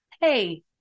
hey